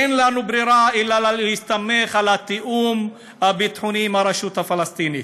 אין לנו ברירה אלא להסתמך על התיאום הביטחוני עם הרשות הפלסטינית.